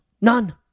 none